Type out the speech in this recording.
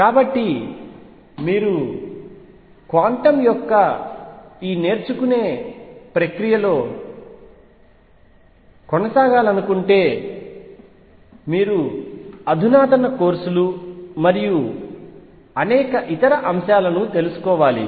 కాబట్టి మీరు క్వాంటం యొక్క ఈ నేర్చుకునే ప్రక్రియలో కొనసాగాలనుకుంటే మీరు అధునాతన కోర్సులు మరియు అనేక ఇతర అంశాలు తెలుసు కోవాలి